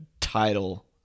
title